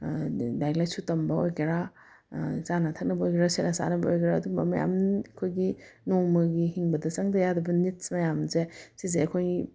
ꯂꯥꯏꯔꯤꯛ ꯂꯥꯏꯁꯨ ꯇꯝꯕ ꯑꯣꯏꯒꯦꯔ ꯆꯥꯅ ꯊꯛꯅꯕ ꯑꯣꯏꯒꯦꯔ ꯁꯦꯠꯅ ꯆꯥꯅꯕ ꯑꯣꯏꯒꯦꯔ ꯑꯗꯨꯝꯕ ꯃꯌꯥꯝ ꯑꯩꯈꯣꯏꯒꯤ ꯅꯣꯡꯃꯒꯤ ꯍꯤꯡꯕꯗ ꯆꯪꯗ ꯌꯥꯗꯕ ꯅꯤꯠꯁ ꯃꯌꯥꯝꯁꯦ ꯁꯤꯁꯦ ꯑꯩꯈꯣꯏ